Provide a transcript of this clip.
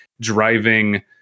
driving